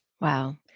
Wow